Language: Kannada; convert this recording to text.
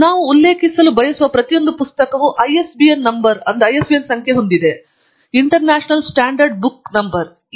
ನಾವು ಉಲ್ಲೇಖಿಸಲು ಬಯಸುವ ಪ್ರತಿಯೊಂದು ಪುಸ್ತಕವು ISBN ಸಂಖ್ಯೆ ಎಂದು ಕರೆಯಲ್ಪಡಬೇಕು ಇಂಟರ್ನ್ಯಾಷನಲ್ ಸ್ಟ್ಯಾಂಡರ್ಡ್ ಬುಕ್ ಸಂಖ್ಯೆ